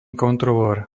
kontrolór